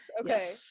okay